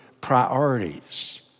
priorities